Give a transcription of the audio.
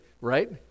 Right